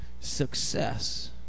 success